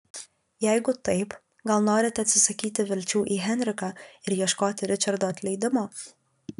jeigu taip gal norite atsisakyti vilčių į henriką ir ieškoti ričardo atleidimo